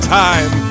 time